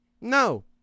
No